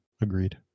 Agreed